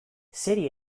zeri